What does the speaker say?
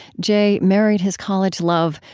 jay married his college love,